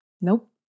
nope